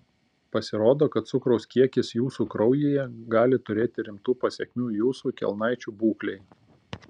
pasirodo kad cukraus kiekis jūsų kraujyje gali turėti rimtų pasekmių jūsų kelnaičių būklei